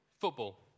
Football